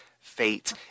fate